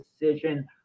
decision